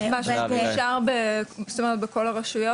--- מאושר בכל הרשויות?